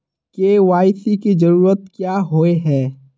KYC की जरूरत क्याँ होय है?